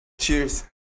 cheers